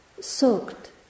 soaked